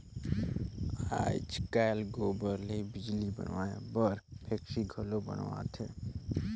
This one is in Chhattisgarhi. आयज कायल गोबर ले बिजली बनाए बर फेकटरी घलो बनावत हें